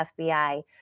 FBI